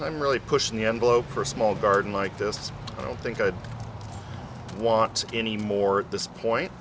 and i'm really pushing the envelope for a small garden like this i don't think i'd want any more at this point